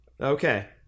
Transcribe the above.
Okay